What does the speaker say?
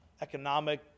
economic